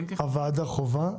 מינוי הוועדה חובה,